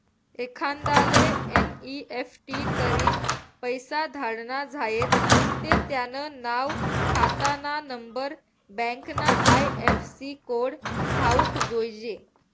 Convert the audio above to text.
एखांदाले एन.ई.एफ.टी करीन पैसा धाडना झायेत ते त्यानं नाव, खातानानंबर, बँकना आय.एफ.सी कोड ठावूक जोयजे